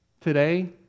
today